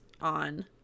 on